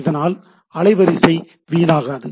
இதனால் அலைவரிசை வீணாகாது